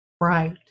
Right